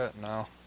No